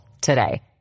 today